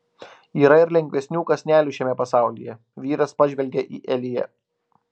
yra ir lengvesnių kąsnelių šiame pasaulyje vyras pažvelgia į eliją